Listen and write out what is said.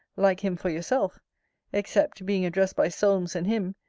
like him for yourself except, being addressed by solmes and him,